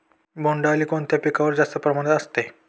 बोंडअळी कोणत्या पिकावर जास्त प्रमाणात असते?